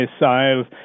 missiles